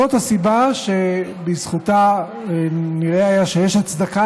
זאת הסיבה שבזכותה נראה היה שיש הצדקה